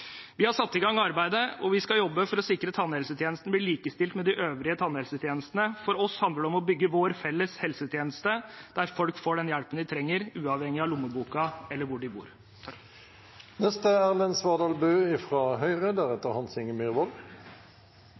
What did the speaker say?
Vi har satt i gang arbeidet, og vi skal jobbe for å sikre at tannhelsetjenesten blir likestilt med de øvrige helsetjenestene. For oss handler det om å bygge vår felles helsetjeneste, der folk får den hjelpen de trenger, uavhengig av lommebok eller hvor de bor.